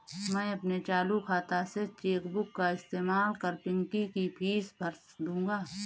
मैं अपने चालू खाता से चेक बुक का इस्तेमाल कर पिंकी की फीस भर दूंगा